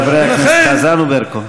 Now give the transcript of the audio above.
חברי הכנסת חזן וברקו.